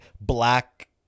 black